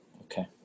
Okay